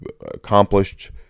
accomplished